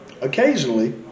Occasionally